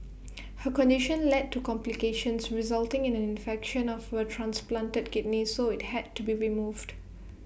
her condition led to complications resulting in an infection of her transplanted kidney so IT had to be removed